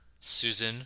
Susan